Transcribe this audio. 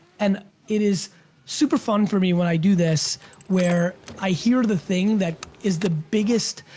and it is super fun for me when i do this where i hear the thing that is the biggest,